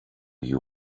you